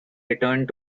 returned